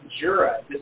Jura